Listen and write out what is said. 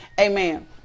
Amen